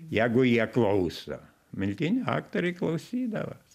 jeigu jie klauso miltinio aktoriai klausydavo